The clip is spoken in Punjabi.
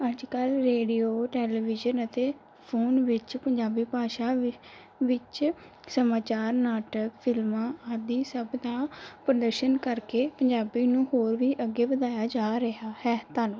ਅੱਜ ਕੱਲ੍ਹ ਰੇਡੀਓ ਟੈਲੀਵਿਜ਼ਨ ਅਤੇ ਫੋਨ ਵਿੱਚ ਪੰਜਾਬੀ ਭਾਸ਼ਾ ਵ ਵਿੱਚ ਸਮਾਚਾਰ ਨਾਟਕ ਫਿਲਮਾਂ ਆਦਿ ਸਭ ਦਾ ਪ੍ਰਦਰਸ਼ਨ ਕਰਕੇ ਪੰਜਾਬੀ ਨੂੰ ਹੋਰ ਵੀ ਅੱਗੇ ਵਧਾਇਆ ਜਾ ਰਿਹਾ ਹੈ ਧੰਨਵਾਦ